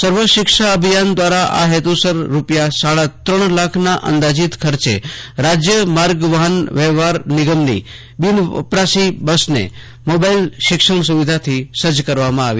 સર્વ શિક્ષણ અભિયાન દ્વારા આ હેતુસર રૂપિયા સદા ત્રણ લાખના અંદાજીત ખર્ચે રાજ્ય માર્ગ વાહનવ્યવહાર નિગમની બિન વપરાશની બસને મોબાઈલ શિક્ષણ સુવિધાથી સજ્જ કરવામાં આવી છે